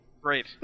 Great